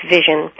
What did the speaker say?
Vision